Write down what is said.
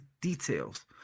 details